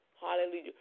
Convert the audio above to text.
Hallelujah